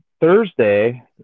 Thursday